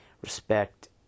respect